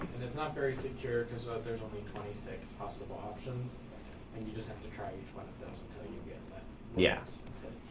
it's not very secure because ah there's only twenty kind of six possible options and you just have to try each one of those until you get yeah